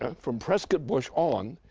ah from prescott bush on,